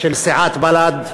של סיעת בל"ד,